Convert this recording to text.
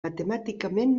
matemàticament